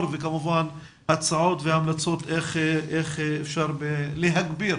וכמובן הצעות והמלצות איך אפשר להגביר